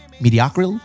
mediocre